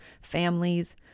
families